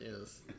yes